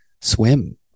swim